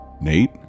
Nate